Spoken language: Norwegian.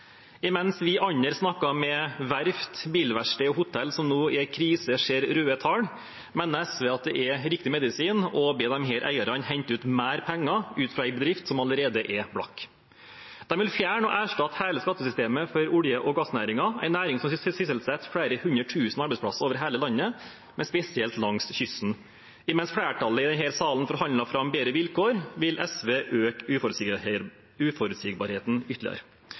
Mens vi andre snakker med verft, bilverksteder og hotell som nå er i krise og ser røde tall, mener SV det er riktig medisin å be disse eierne hente ut mer penger fra en bedrift som allerede er blakk. De vil fjerne og erstatte hele skattesystemet for olje- og gassnæringen, en næring som sysselsetter flere hundre tusen på arbeidsplasser over hele landet, men spesielt langs kysten. Mens flertallet i denne salen forhandler fram bedre vilkår, vil SV øke uforutsigbarheten ytterligere.